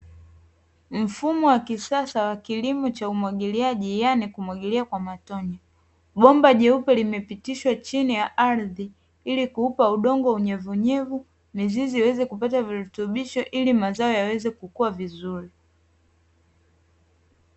Mfumo wa kisasa wa kilimo cha umwagiliaji yaani kumwagilia kwa matone, bomba jeupe limepitishwa chini ya ardhi ili kuupa udongo unyevunyevu, mizizi iweze kupata virutubisho ili mazao yaweze kukua vizuri.